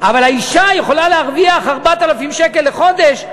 אבל האישה יכולה להרוויח 4,000 שקלים לחודש,